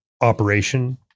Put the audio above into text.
operation